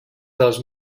dels